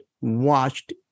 watched